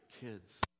kids